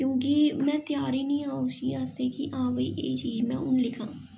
क्योंकि में त्यार गै नेईं आं उस चीज आस्तै कि हां भाई एह् चीज में हून लिखां